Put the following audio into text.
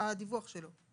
הדיווח שלו.